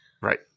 Right